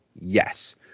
yes